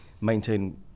maintain